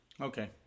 Okay